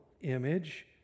image